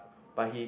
but he